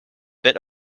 bit